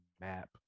map